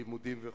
לימודים וכו'.